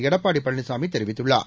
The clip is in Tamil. எடப்பாடி பழனிசாமி தெரிவித்துள்ளார்